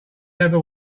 heather